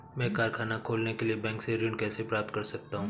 मैं कारखाना खोलने के लिए बैंक से ऋण कैसे प्राप्त कर सकता हूँ?